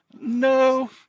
no